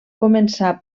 començar